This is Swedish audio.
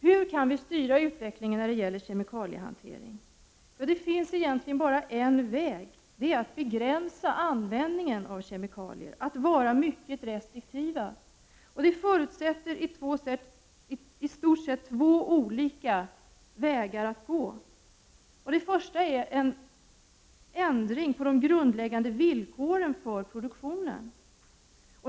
Hur kan vi styra utvecklingen när det gäller kemikaliehanteringen? Det finns egentligen bara en väg, nämligen att begränsa användningen av kemikalier och att vara mycket restriktiv. Det förutsätter i stort sett två olika vägar att gå. Den första innebär en ändring av de grundläggande villkoren för produktionen.